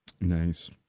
Nice